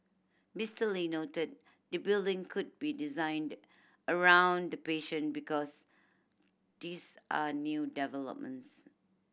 Mister Lee noted the building could be designed around the patient because these are new developments